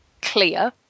clear